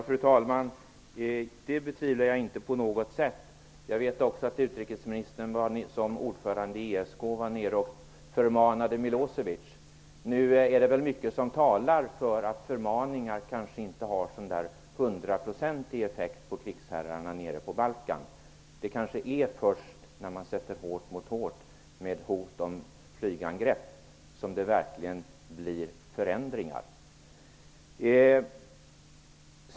Fru talman! Det senare betvivlar jag inte på något sätt. Jag vet också att utrikesministern, som ordförande i ESK, var nere och förmanade Milosevic. Det är dock mycket som talar för att förmaningar kanske inte har någon hundraprocentig effekt på krigsherrarna nere på Balkan. Det kanske är först när man sätter hårt mot hårt, med hot om flygangrepp, som det verkligen blir förändringar.